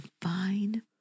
divine